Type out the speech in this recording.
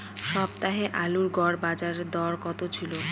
গত সপ্তাহে আলুর গড় বাজারদর কত ছিল?